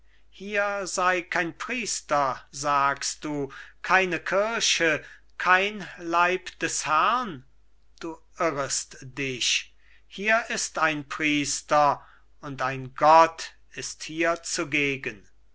hier sei kein priester sagst du keine kirche kein leib des herrn du irrest dich hier ist ein priester und ein gott ist hier zugegen